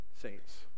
saints